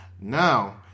Now